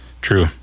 True